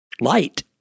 light